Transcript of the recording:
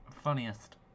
Funniest